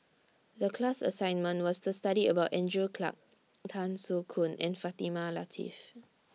The class assignment was to study about Andrew Clarke Tan Soo Khoon and Fatimah Lateef